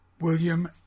William